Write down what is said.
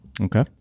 Okay